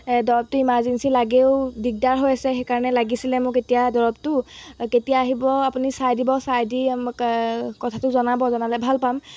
দৰৱটো ইমাৰ্জেঞ্চি লাগেও দিগদাৰ হৈ আছে সেইকাৰণে লাগিছিলে মোক এতিয়া দৰৱটো কেতিয়া আহিব আপুনি চাই দিব চাই দি মোক কথাটো জনাব জনালে ভাল পাম